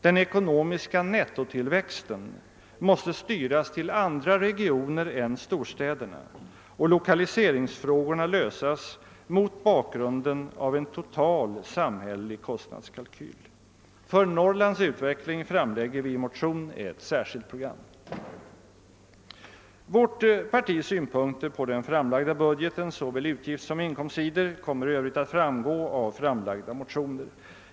Den ekonomiska nettotillväxten måste styras till andra regioner än storstäderna och lokaliseringsfrågorna lösas mot bakgrunden av en total samhällelig kostnadskalkyl. För Norrlands utveckling framlägger vi i motion ett särskilt program. Vårt partis synpunkter på den framlagda budgetens såväl utgiftssom inkomstsidor kommer i övrigt att framgå av framlagda motioner.